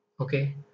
okay